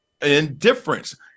indifference